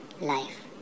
life